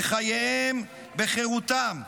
בחייהם, בחירותם,